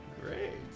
Great